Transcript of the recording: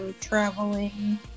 traveling